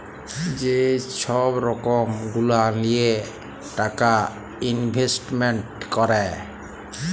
যে ছব রকম গুলা লিঁয়ে টাকা ইলভেস্টমেল্ট ক্যরে